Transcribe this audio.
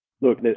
Look